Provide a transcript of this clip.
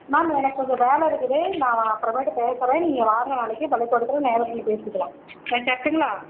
ma'am எனக்கு கொஞ்சம் வேலை இருக்குது நான் அப்புறமேட்டு பேசுகிறேன் நீங்கள் வாங்க நாளைக்கு பள்ளிக்கூடத்தில் நேரில் வந்து பேசிக்கலாம் வெச்சுரட்டுங்களா